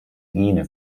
gene